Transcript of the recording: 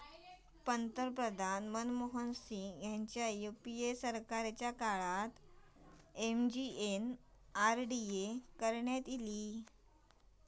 पंतप्रधान मनमोहन सिंग ह्यांच्या यूपीए सरकारच्या काळात एम.जी.एन.आर.डी.ए करण्यात ईला